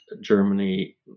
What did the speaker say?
Germany